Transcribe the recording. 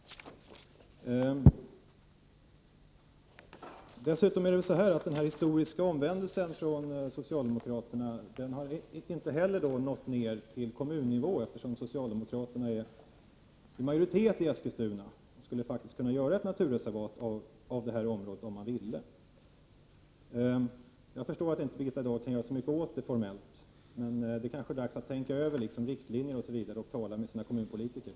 Den historiska omvändelsen från socialdemokraternas sida har inte heller nått ner till kommunnivå, eftersom socialdemokraterna är i majoritet i Eskilstuna. Om de ville skulle man kunna göra ett naturreservat av området. Jag förstår att Birgitta Dahl inte kan göra så mycket rent formellt. Men det kanske är dags att tänka över riktlinjer osv. och tala med kommunpolitikerna.